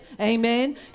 Amen